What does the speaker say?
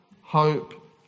hope